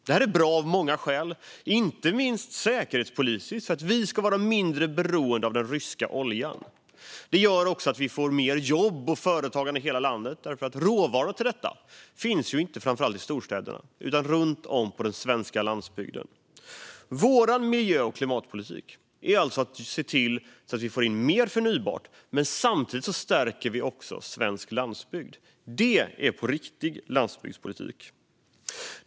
Detta är bra av många skäl, inte minst säkerhetspolitiskt så att vi ska vara mindre beroende av den ryska oljan. Det gör också att vi får mer jobb och företagande i hela landet, därför att råvaran till detta inte finns i framför allt storstäderna utan runt om på den svenska landsbygden. Vår miljö och klimatpolitik är alltså att se till att vi får in mer förnybart. Men samtidigt stärker vi också svensk landsbygd. Det är riktig landsbygdspolitik.